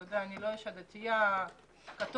אתה יודע, אני לא אישה דתייה, קטונתי.